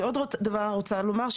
אני עוד דבר רוצה לומר,